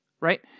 right